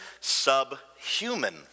subhuman